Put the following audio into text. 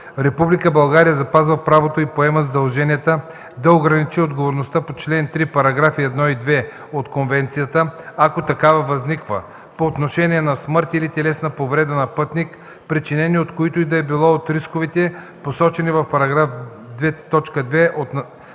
България запазва правото и поема задължението да ограничи отговорността по член 3, параграфи 1 и 2 от конвенцията, ако такава възниква, по отношение на смърт или телесна повреда на пътник, причинени от които и да било от рисковете, посочени в параграф 2.2 от Насоките